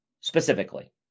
specifically